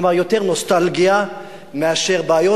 כלומר, יותר נוסטלגיה מאשר בעיות.